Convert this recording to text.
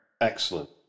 Excellent